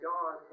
God